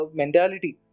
mentality